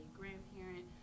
grandparent